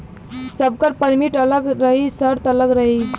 सबकर परमिट अलग रही सर्त अलग रही